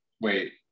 wait